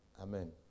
Amen